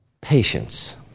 Patience